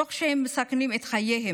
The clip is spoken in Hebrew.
תוך שהם מסכנים את חייהם